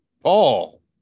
Paul